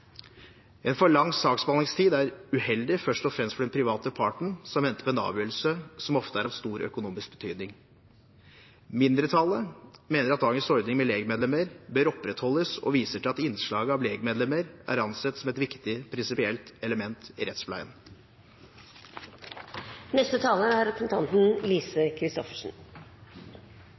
En for lang saksbehandlingstid er uheldig først og fremst for den private parten, som venter på en avgjørelse som ofte er av stor økonomisk betydning. Mindretallet mener at dagens ordning med legmedlemmer bør opprettholdes, og viser til at innslaget av legmedlemmer et ansett som et viktig prinsipielt element i rettspleien.